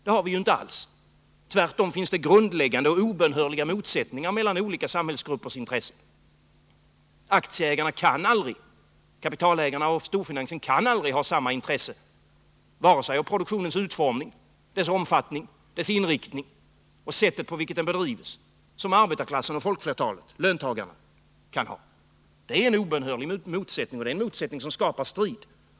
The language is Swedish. Det har vi ju inte alls. Tvärtom finns det grundläggande och obönhörliga motsättningar mellan olika samhällsgruppers intressen. Aktieägarna — kapitalägarna och storfinansen — kan aldrig ha samma intressen vare sig av produktionens utformning, omfattning, inriktning eller sättet på vilket produktionen bedrivs som arbetarklassen och folkflertalet har. Där är en obönhörlig motsättning, och det är en motsättning som skapar strid.